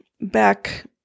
back